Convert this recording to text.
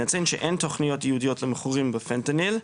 נציין שאין תוכניות ייעודיות למכורים בפנטניל,